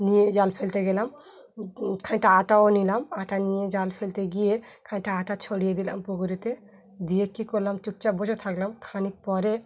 নিয়ে জাল ফেলতে গেলাম খানিকটা আটাও নিলাম আটা নিয়ে জাল ফেলতে গিয়ে খানিকটা আটা ছড়িয়ে দিলাম পুকুরেতে দিয়ে কী করলাম চুপচাপ বসে থাকলাম খানিক পরে